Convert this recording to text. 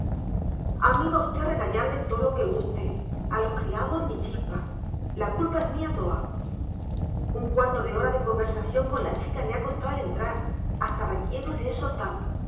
a mí va usted a regañarme too lo que guste a los criados ni chispa la culpa es mía toa un cuarto de hora de conversasión con la chica me ha costao el entrar hasta requiebros le he soltao